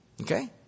Okay